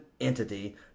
entity